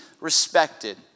respected